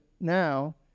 now